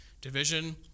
division